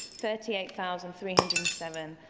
thirty eight thousand three hundred and seven,